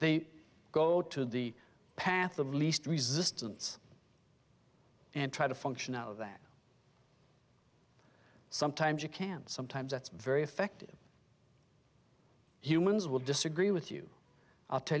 they go to the path of least resistance and try to function know that sometimes you can sometimes that's very effective humans will disagree with you i'll tell